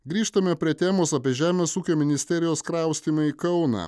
grįžtame prie temos apie žemės ūkio ministerijos kraustymą į kauną